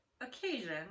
occasion